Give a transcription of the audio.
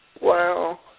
Wow